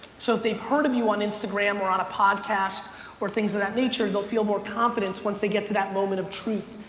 so if they've heard of you on instagram or on a podcast or things of that nature, they'll feel more confident once they get to that moment of truth.